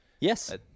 Yes